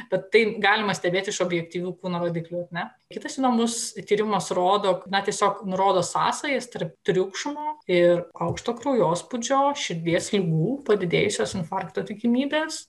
bet tai galima stebėti iš objektyvių kūno rodiklių ar ne kitas įdomus tyrimas rodo na tiesiog nurodo sąsajas tarp triukšmo ir aukšto kraujospūdžio širdies ligų padidėjusios infarkto tikimybės